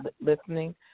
listening